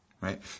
right